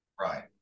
right